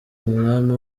umwami